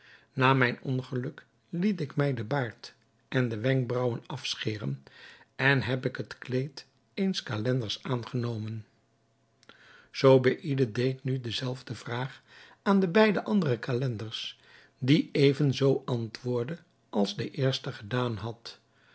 na mijn ongeluk liet ik mij den baard en de wenkbraauwen afscheren en heb ik het kleed eens calenders aangenomen zobeïde deed nu de zelfde vraag aan de beide andere calenders die even zoo antwoordden als de eerste gedaan had